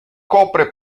copre